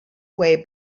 way